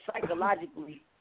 psychologically